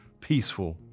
peaceful